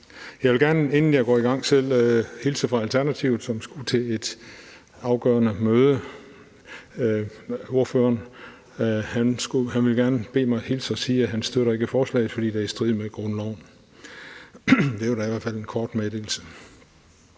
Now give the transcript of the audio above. Jeg vil gerne, inden jeg går i gang selv, hilse fra Alternativet, som skulle til et afgørende møde. Ordføreren beder mig hilse og sige, at han ikke støtter forslaget, fordi det er i strid med grundloven. Det var da i hvert fald en kort meddelelse.